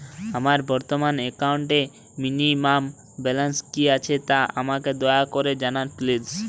আমার বর্তমান একাউন্টে মিনিমাম ব্যালেন্স কী আছে তা আমাকে দয়া করে জানান প্লিজ